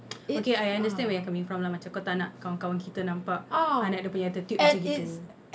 okay I understand where you're coming from lah macam kau tak nak kawan-kawan kita nampak anak dia punya attitude macam gitu